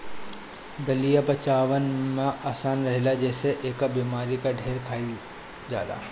दलिया पचवला में आसान रहेला जेसे एके बेमारी में ढेर खाइल जाला